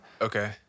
Okay